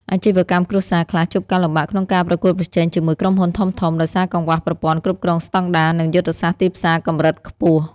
អាជីវកម្មគ្រួសារខ្លះជួបការលំបាកក្នុងការប្រកួតប្រជែងជាមួយក្រុមហ៊ុនធំៗ ដោយសារកង្វះប្រព័ន្ធគ្រប់គ្រងស្តង់ដារ និងយុទ្ធសាស្ត្រទីផ្សារកម្រិតខ្ពស់។